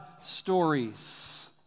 stories